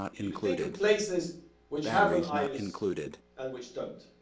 you could think of places which have an ayllus and which don't.